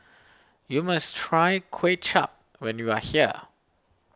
you must try Kway Chap when you are here